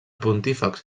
pontífex